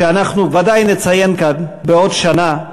שאנחנו ודאי נציין כאן בעוד שנה,